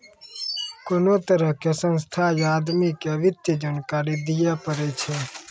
कोनो तरहो के संस्था या आदमी के वित्तीय जानकारी दियै पड़ै छै